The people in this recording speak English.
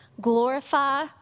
glorify